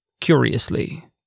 curiously